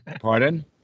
Pardon